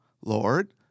Lord